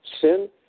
Sin